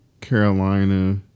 Carolina